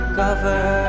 cover